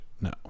No